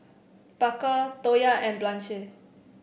Parker Toya and Blanche